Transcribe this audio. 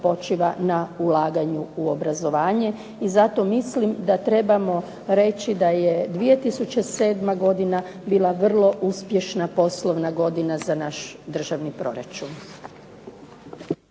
na ulaganju na obrazovanje. I zato mislim da trebamo reći da je 2007. godina bila vrlo uspješna poslovna godina za naš državni proračun.